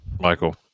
Michael